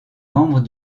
membres